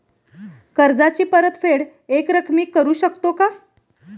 कर्जाची परतफेड एकरकमी करू शकतो का?